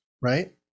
right